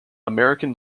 american